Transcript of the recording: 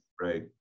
Right